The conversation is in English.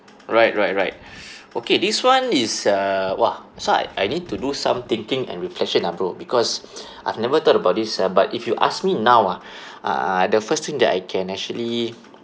right right right okay this one is uh !wah! so I I need to do some thinking and reflection ah bro because I've never thought about this uh but if you ask me now ah uh the first thing that I can actually